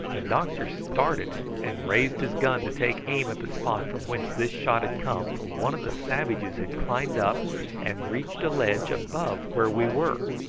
the doctor started and raised his gun to take aim at the spot from whence this shot had come, for one of the savages had climbed up and reached a ledge above where we were.